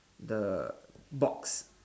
the box